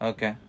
Okay